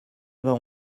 vingt